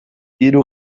hiru